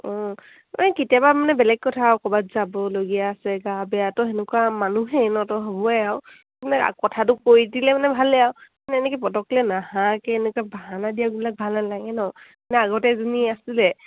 অঁ মানে কেতিয়াবা মানে বেলেগ কথা আৰু ক'ৰবাত যাবলগীয়া আছে গা বেয়া তো সেনেকুৱা মানুহেই ন তো হ'বই আৰু মানে কথাটো কৈ দিলে মানে ভালে আৰু এনেকৈ পটককলে নহাকৈ এনেকুৱা বাহানা দিয়াাবিলাক ভাল নালাগে ন মানে আগতে এজনী আছিলে